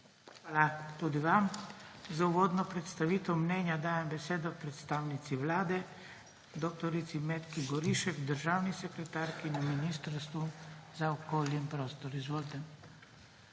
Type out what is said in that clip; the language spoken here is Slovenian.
Hvala tudi vam. Za uvodno predstavitev mnenja dajem besedo predstavnici Vlade dr. Metki Gorišek, državni sekretarki na Ministrstvu za okolje in prostor. Izvolite.